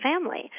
family